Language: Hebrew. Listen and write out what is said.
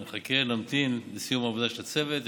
נחכה, נמתין לסיום עבודת הצוות.